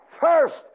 first